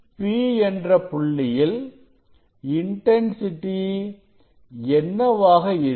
P என்ற புள்ளியில் intensity என்னவாக இருக்கும்